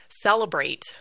celebrate